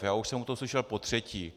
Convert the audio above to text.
Já už jsem to slyšel potřetí.